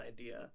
idea